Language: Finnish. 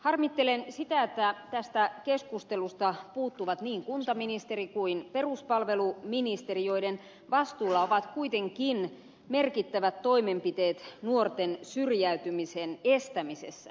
harmittelen sitä että tästä keskustelusta puuttuvat niin kuntaministeri kuin peruspalveluministeri joiden vastuulla ovat kuitenkin merkittävät toimenpiteet nuorten syrjäytymisen estämisessä